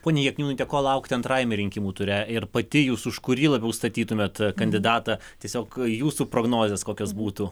pone jakniūnaite ko laukti antrajame rinkimų ture ir pati jus už kurį labiau statytumėt kandidatą tiesiog jūsų prognozės kokios būtų